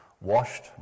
washed